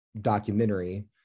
documentary